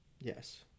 Yes